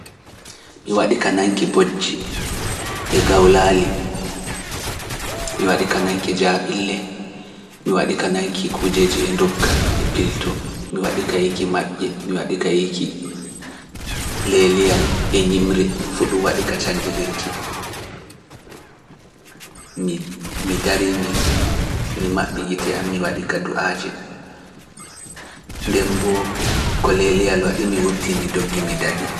Mi waɗi ka nanki bojji e gawlaali, mi waɗi ka nanki jaaɓille, mi waɗi ka nanki kujeeji e ndogga e pilto, mi waɗi ka yiiki maƴƴe, mi waɗi ka yiiki leeliyal e ñimre, fuɗ mi waɗi ka du'aji nden mbo ko leyel waɗi mi wurti mi doggi mi daɗi